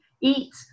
eat